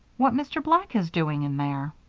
what mr. black is doing in there.